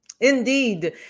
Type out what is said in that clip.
indeed